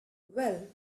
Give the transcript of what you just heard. well